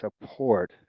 support